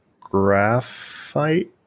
graphite